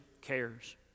cares